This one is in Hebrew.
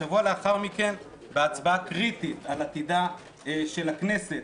שבוע לאחר מכן בהצבעה קריטית על עתידה של הכנסת,